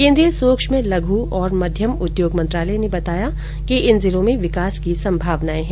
केंद्रीय सुक्ष्म लघ् और मध्यम उद्योग मंत्रालय ने बताया कि इन जिलों में विकास की संभावनाए हैं